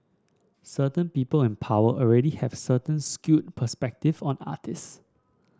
certain people in power already have certain skewed perspective on artist